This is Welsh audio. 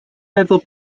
meddwl